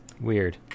Weird